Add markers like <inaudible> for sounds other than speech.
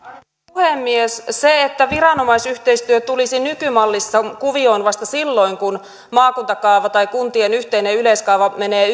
puhemies se että viranomaisyhteistyö tulisi nykymallissa kuvioon vasta silloin kun maakuntakaava tai kuntien yhteinen yleiskaava menee <unintelligible>